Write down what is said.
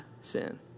sin